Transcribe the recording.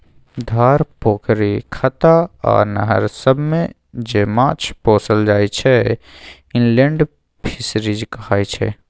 धार, पोखरि, खत्ता आ नहर सबमे जे माछ पोसल जाइ छै इनलेंड फीसरीज कहाय छै